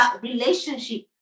relationship